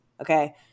Okay